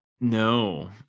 no